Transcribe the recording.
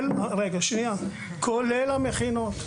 כולל המכינות.